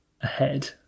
ahead